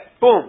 Boom